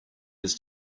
his